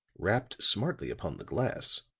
rapped smartly upon the glass,